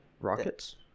Rockets